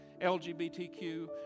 LGBTQ